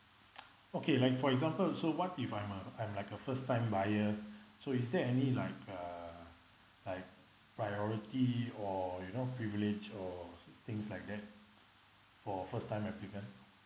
okay like for example so what if I'm a I'm like a first time buyer so is there any like uh like priority or you know privilege or things like that for first time applicant